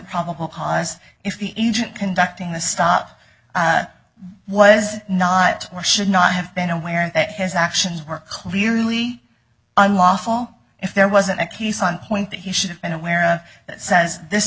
probable cause if the agent conducting the stop was not or should not have been aware that his actions were clearly unlawful if there wasn't a case on point that he should have been aware of it says this